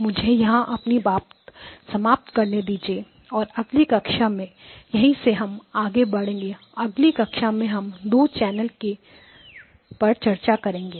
मुझे यहां अपनी बात समाप्त करने दीजिए और अगली कक्षा में यहीं से हम आगे बढ़ेंगे अगली कक्षा में हम दो चैनल के पर चर्चा करेंगे